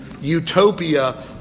utopia